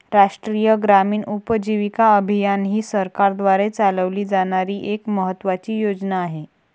राष्ट्रीय ग्रामीण उपजीविका अभियान ही सरकारद्वारे चालवली जाणारी एक महत्त्वाची योजना आहे